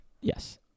Yes